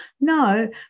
No